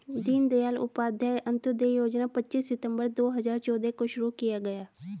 दीन दयाल उपाध्याय अंत्योदय योजना पच्चीस सितम्बर दो हजार चौदह को शुरू किया गया